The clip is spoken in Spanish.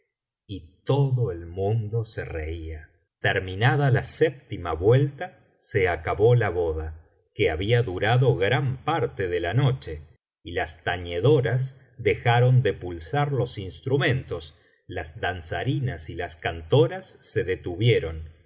y todo el mundo se reía terminada la séptima vuelta se acabó la boda que había durado gran parte de la noche y las tañedoras dejaron de pulsar los instrumentos las danzarinas y las cantoras se detuvieron